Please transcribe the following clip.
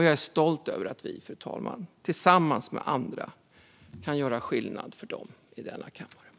Jag är stolt över att vi, fru talman, tillsammans med andra kan göra skillnad för dem i denna kammare.